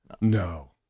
No